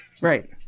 Right